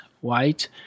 white